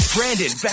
Brandon